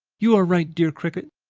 you are right, dear cricket.